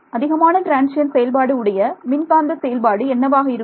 அதிகமான டிரன்சியண்ட் செயல்பாடு உடைய மின்காந்த செயல்பாடு என்னவாக இருக்கும்